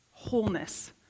wholeness